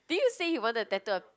didn't you say you wanna tattoo a